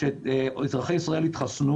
שאזרחי ישראל יתחסנו